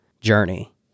journey